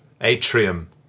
atrium